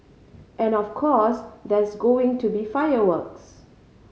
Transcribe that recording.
and of course there's going to be fireworks